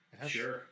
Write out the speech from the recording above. sure